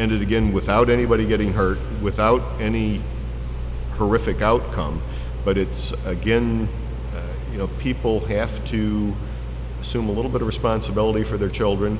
ended again without anybody getting hurt without any horrific outcome but it's again you know people have to assume a little bit of responsibility for their children